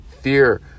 fear